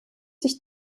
sich